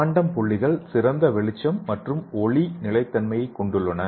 quantum புள்ளிகள் சிறந்த வெளிச்சம் மற்றும் ஒளி நிலைத்தன்மையைக் கொண்டுள்ளன